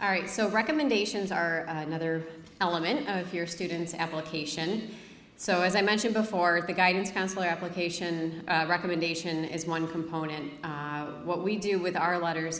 all right so recommendations are other elements of your students application so as i mentioned before the guidance counselor application recommendation is one component what we do with our letters